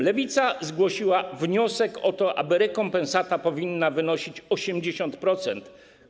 Lewica zgłosiła wniosek: rekompensata powinna wynosić 80%.